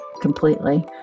completely